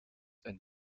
and